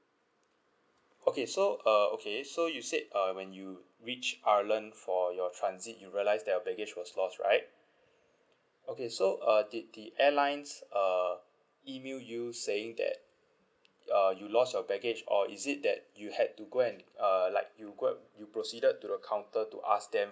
okay so uh okay so you said uh when you reached ireland for your transit you realise your baggage was lost right okay so uh did the airlines uh email you saying that uh you lost your baggage or is it that you had to go and uh like you go a~ you proceeded to the counter to ask them